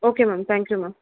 okay ma'am thank you ma'am